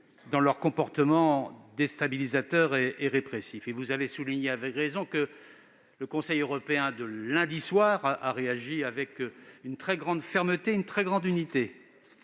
dans leur comportement déstabilisateur et répressif. Vous l'avez souligné avec raison, le Conseil européen de lundi soir a réagi avec une très grande fermeté et une très grande unité.